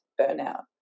burnout